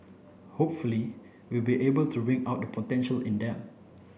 hopefully we will be able to bring out the potential in them